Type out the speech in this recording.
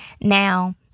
Now